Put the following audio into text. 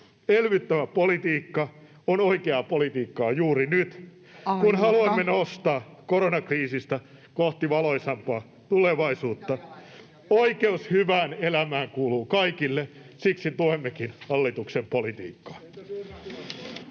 Elvyttävä politiikka on oikeaa politiikkaa juuri nyt, [Puhemies: Aika!] kun haluamme nousta koronakriisistä kohti valoisampaa tulevaisuutta. Oikeus hyvää elämään kuuluu kaikille. Siksi tuemmekin hallituksen politiikkaa.